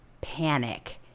panic